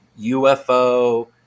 UFO